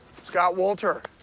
scott wolter.